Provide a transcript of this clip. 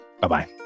Bye-bye